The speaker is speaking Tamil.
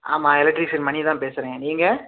ஆமாம் எலக்ட்ரீஷியன் மணி தான் பேசுகிறேன் நீங்கள்